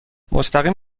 مستقیم